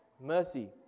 mercy